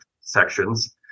sections